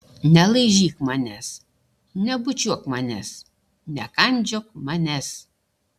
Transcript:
nelaižyk manęs nebučiuok manęs nekandžiok manęs